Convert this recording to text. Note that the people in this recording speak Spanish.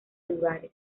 lugares